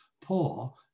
poor